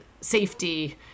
safety